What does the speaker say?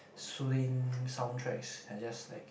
soothing soundtracks are just like